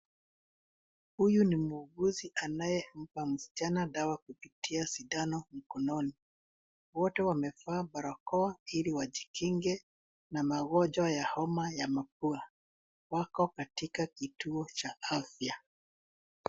Huyu ni muuguzi anayempa msichana dawa kupitia sindano mkononi. Wote wamevaa barakoa ili wajikinge na magonjwa ya homa ya mapua. Wako katika kituo cha afya.